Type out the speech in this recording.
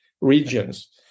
regions